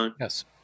Yes